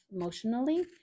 emotionally